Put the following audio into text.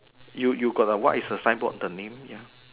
you you got the what is the signboard the name ya